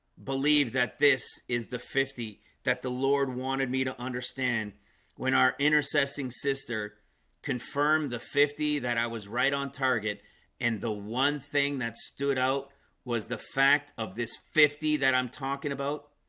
believe that this is the fifty that the lord wanted me to understand when our intercessing sister confirmed the fifty that i was right on target and the one thing that stood out was the fact of this fifty that i'm talking about?